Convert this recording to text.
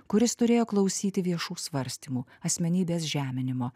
kuris turėjo klausyti viešų svarstymų asmenybės žeminimo